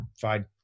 fine